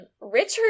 Richard